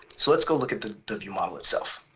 so let's go look at the the viewmodel itself.